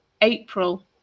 April